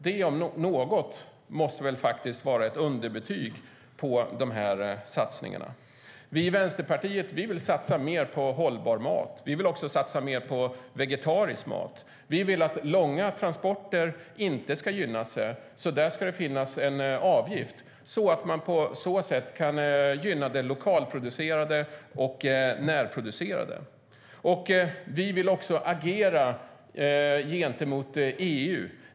Det om något måste väl vara ett underbetyg på de här satsningarna. Vi i Vänsterpartiet vill satsa mer på hållbar mat. Vi vill också satsa mer på vegetarisk mat. Vi vill att långa transporter inte ska gynnas; där ska det finnas en avgift. På så sätt kan man gynna det lokalproducerade och närproducerade. Vi vill också agera gentemot EU.